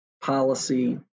policy